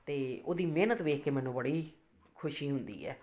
ਅਤੇ ਉਹਦੀ ਮਿਹਨਤ ਵੇਖ ਕੇ ਮੈਨੂੰ ਬੜੀ ਖੁਸ਼ੀ ਹੁੰਦੀ ਹੈ